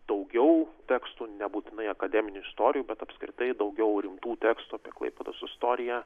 daugiau tekstų nebūtinai akademinių istorijų bet apskritai daugiau rimtų tekstų apie klaipėdos istoriją